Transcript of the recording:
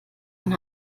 ein